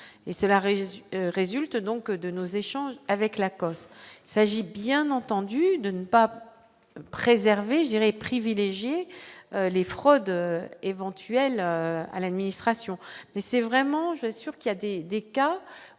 résulte donc de nos échanges avec la cause s'agit bien entendu de ne pas préserver je dirais privilégié. Les fraudes éventuelles à l'administration mais c'est vraiment je sûr qu'il y a des des